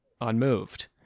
unmoved